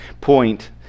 point